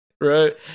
Right